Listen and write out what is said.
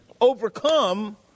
overcome